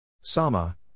Sama